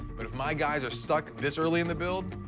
but if my guys are stuck this early in the build,